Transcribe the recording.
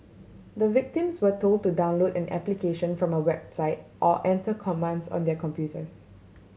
the victims were told to download an application from a website or enter commands on their computers